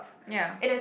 ya